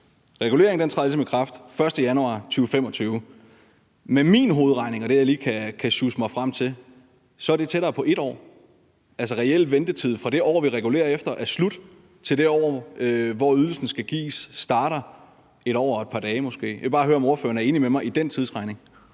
reguleringen for 2023, i kraft den 1. januar 2025. Efter min hovedregning og det, jeg lige kan sjusse mig frem til, så er det tættere på 1 år, altså den reelle ventetid fra det år, vi regulerer efter, er slut, til det år, hvor ydelsen skal gives, starter – 1 år og et par dage måske. Jeg vil bare høre, om ordføreren er enig med mig i den tidsregning.